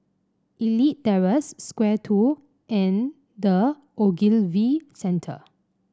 Elite Terrace Square Two and The Ogilvy Centre